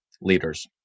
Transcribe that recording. leaders